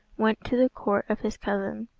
went to the court of his cousin,